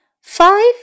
Five